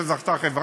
שם זכתה חברה,